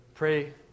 Pray